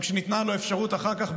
גם כשניתנה לו אפשרות אחר כך,